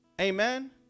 Amen